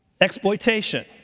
exploitation